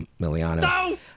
Miliano